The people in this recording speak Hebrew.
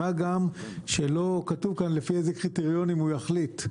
מה גם שלא כתוב כאן לפי איזה קריטריונים הוא יחליט.